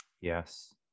yes